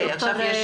תודה.